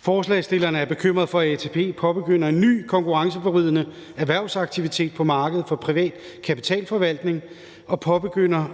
Forslagsstillerne er bekymrede for, at ATP påbegynder en ny konkurrenceforvridende erhvervsaktivitet på markedet for privat kapitalforvaltning og påbegynder